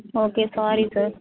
okay sorry sir